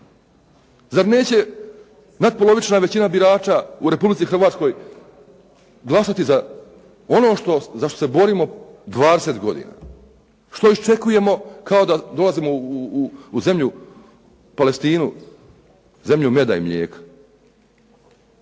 Zar neće natpolovična većina birača u Republici Hrvatskoj glasati za ono za što se borimo 20 godina, što iščekujemo kao da dolazimo u zemlju Palestinu, zemlju meda i mlijeka.